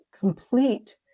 complete